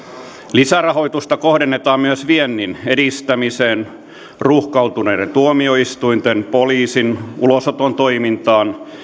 lisärahoitusta kohdennetaan myös viennin edistämiseen ruuhkautuneiden tuomioistuinten poliisin ulosoton toimintaan